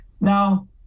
now